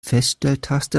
feststelltaste